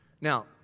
Now